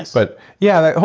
but yeah,